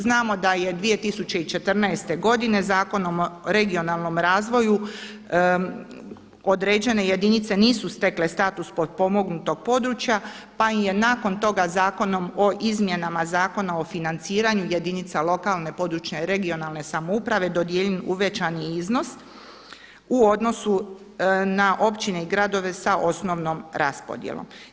Znamo da je 2014. godine Zakonom o regionalnom razvoju određene jedinice nisu stekle status potpomognutog područja pa im je nakon toga Zakonom o izmjenama zakona o financiranju jedinice lokalne (regionalne) i područne samouprave dodijeljen uvećani iznos u odnosu na općine i gradove sa osnovnom raspodjelom.